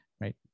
right